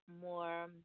more